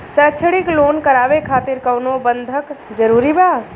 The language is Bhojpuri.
शैक्षणिक लोन करावे खातिर कउनो बंधक जरूरी बा?